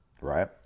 right